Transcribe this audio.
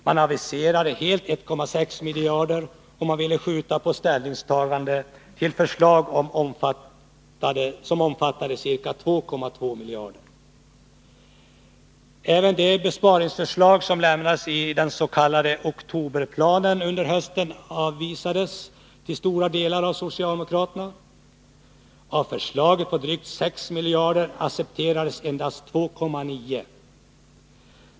Man avvisade helt 1,6 miljarder, och man ville skjuta upp ställningstagandet beträffande förslag som omfattade ca 2,2 miljarder. hösten avvisades till stora delar av socialdemokraterna. Av förslaget på drygt 6 miljarder accepterades endast 2,9.